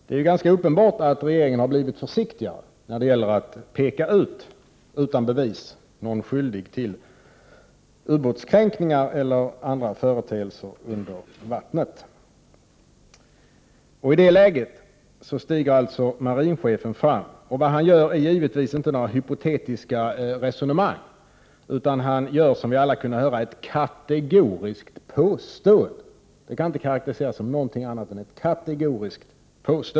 Det är ganska uppenbart att regeringen har blivit försiktigare när det gäller att peka ut, utan bevis, någon skyldig till ubåtskränkningar eller andra företeelser under vattnet. I det läget stiger alltså marinchefen fram. Vad han gör är givetvis inte att föra några hypotetiska resonemang, utan han gör, som vi alla kunde höra, ett kategoriskt påstående — det kan inte karakteriseras som någonting annat.